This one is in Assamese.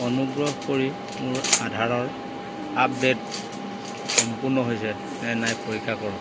অনুগ্ৰহ কৰি মোৰ আধাৰৰ আপডে'ট সম্পূৰ্ণ হৈছে নে নাই পৰীক্ষা কৰক